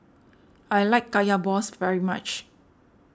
I like Kaya Balls very much